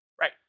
Right